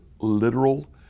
literal